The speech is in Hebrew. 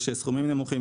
יש סכומים נמוכים.